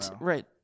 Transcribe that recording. Right